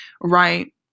right